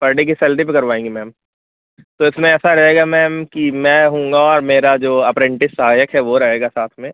पर डे की सैलरी पर करवाएँगी मैम तो इसमें ऐसा रहेगा मैम कि मैं हूँगा और मेरा जो अप्रेन्टिस सहायक है वो रहेगा साथ में